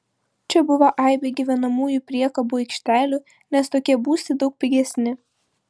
čia buvo aibė gyvenamųjų priekabų aikštelių nes tokie būstai daug pigesni